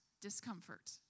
discomfort